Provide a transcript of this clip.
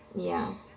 ya